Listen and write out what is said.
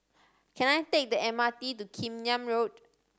can I take the M R T to Kim Yam Road